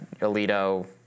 Alito